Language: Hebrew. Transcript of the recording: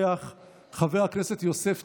חבר הכנסת יאסר חוג'יראת,